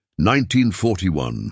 1941